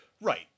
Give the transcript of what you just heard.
Right